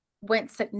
went